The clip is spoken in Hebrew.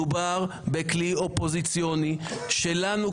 מדובר בכלי אופוזיציוני שלנו,